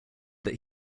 that